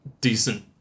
decent